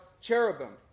cherubim